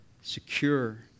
secure